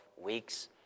Weeks